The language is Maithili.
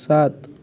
सात